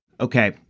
Okay